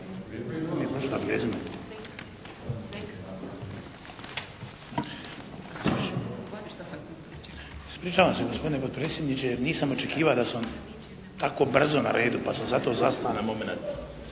Ispričavam se gospodine potpredsjedniče jer nisam očekivao da sam tako brzo na redu pa sam zato zastao na momenat.